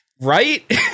right